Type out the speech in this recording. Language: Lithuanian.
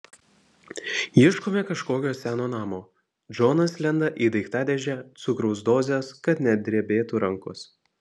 ieškome kažkokio seno namo džonas lenda į daiktadėžę cukraus dozės kad nedrebėtų rankos